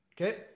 Okay